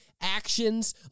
actions